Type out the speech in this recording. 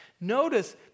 Notice